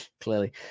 clearly